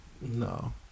No